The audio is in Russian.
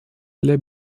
для